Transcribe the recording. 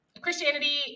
Christianity